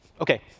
Okay